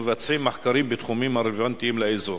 ומבצעים מחקרים בתחומים הרלוונטיים לאזור".